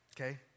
Okay